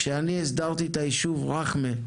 כשאני הסדרתי את היישוב רכמה,